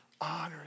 honor